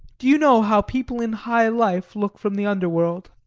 do you know how people in high life look from the under world?